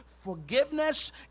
forgiveness